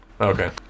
Okay